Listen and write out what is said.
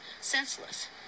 Senseless